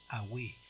away